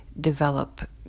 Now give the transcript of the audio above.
develop